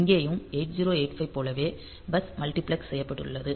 இங்கேயும் 8085 போலவே bus multiplex செய்யப்பட்டுள்ளது